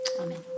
Amen